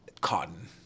cotton